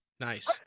Nice